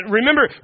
Remember